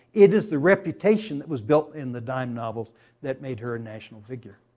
it is the reputation that was built in the dime novels that made her a national figure.